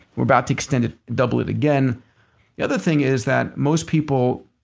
we're about to extend it, double it again the other thing is that most people,